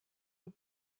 aux